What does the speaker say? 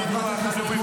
חוק הביטוח הלאומי,